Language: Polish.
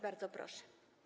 Bardzo proszę.